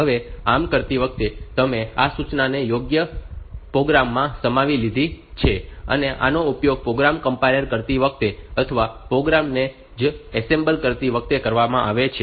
હવે આમ કરતી વખતે તમે આ સૂચનાઓને પ્રોગ્રામ માં સમાવી લીધી છે અને આનો ઉપયોગ પ્રોગ્રામને કમ્પાઇલ કરતી વખતે અથવા પ્રોગ્રામ ને જ એસેમ્બલ કરતી વખતે કરવામાં આવે છે